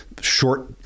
short